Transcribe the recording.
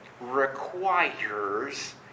requires